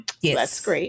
yes